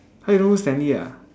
!huh! you don't know who's Stanley ah